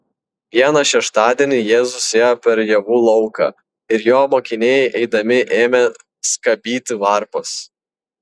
vieną šeštadienį jėzus ėjo per javų lauką ir jo mokiniai eidami ėmė skabyti varpas